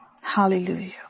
Hallelujah